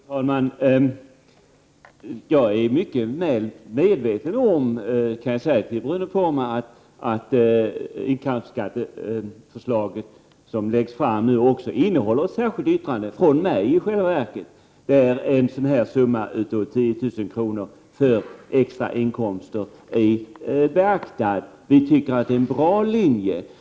Fru talman! Jag är mycket väl medveten om att det inkomstskatteförslag som läggs fram också innehåller ett särskilt yttrande från mig i själva verket, där en summa av 10 000 kr. för extra inkomster är beaktad. Vi tycker att det är en bra linje.